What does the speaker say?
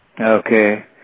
Okay